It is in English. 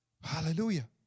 Hallelujah